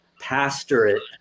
pastorate